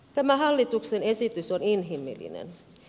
tämä hallituksen esitys on inhimillinen